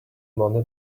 money